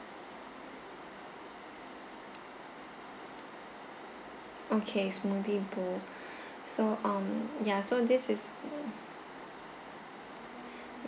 okay smoothie bowl so um ya so this is